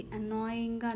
annoying